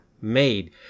made